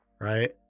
Right